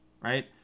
right